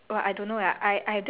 passing the luck on